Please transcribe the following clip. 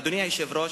אדוני היושב-ראש,